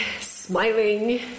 smiling